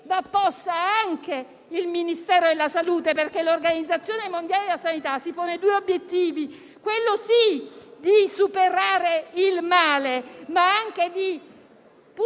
incluso anche il Ministero della salute, perché l'Organizzazione mondiale della sanità si pone due obiettivi: quello, sì, di superare il male, ma anche di puntare